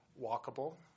walkable